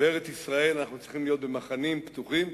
בארץ-ישראל אנחנו צריכים להיות במחנים פתוחים.